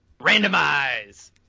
Randomize